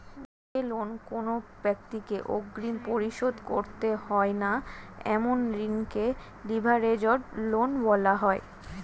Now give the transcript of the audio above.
যে লোন কোনো ব্যাক্তিকে অগ্রিম পরিশোধ করতে হয় না এমন ঋণকে লিভারেজড লোন বলা হয়